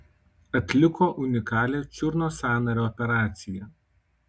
atliko unikalią čiurnos sąnario operaciją